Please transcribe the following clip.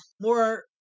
more